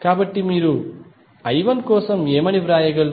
కాబట్టి మీరు I1 కోసం ఏమి వ్రాయగలరు